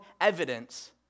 evidence